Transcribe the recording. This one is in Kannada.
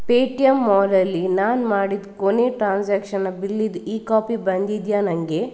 ಪೇ ಟಿ ಎಮ್ ಮಾಲಲ್ಲಿ ನಾನು ಮಾಡಿದ ಕೊನೆ ಟ್ರಾನ್ಸಾಕ್ನ್ನ ಬಿಲ್ಲಿದ್ದು ಈ ಕಾಪಿ ಬಂದಿದೆಯಾ ನನಗೆ